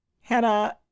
Hannah